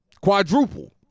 quadruple